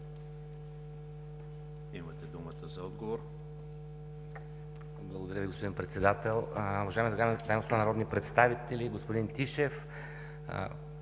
имате думата за отговор.